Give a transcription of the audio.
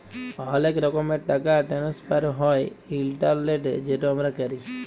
অলেক রকমের টাকা টেনেসফার হ্যয় ইলটারলেটে যেট আমরা ক্যরি